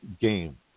game